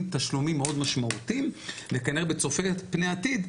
תשלומים מאוד משמעותיים וכנראה בצופה פני עתיד,